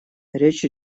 речь